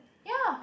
ya